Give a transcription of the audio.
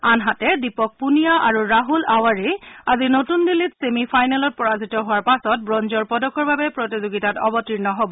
আনহাতে দীপক পূণিয়া আৰু ৰাছল আৱাৰেই আজি নতুন দিল্লীত ছেমি ফাইনেলত পৰাজিত হোৱাৰ পাছত ব্ৰঞ্জৰ পদকৰ বাবে প্ৰতিযোগিতাত অৱতীৰ্ণ হ'ব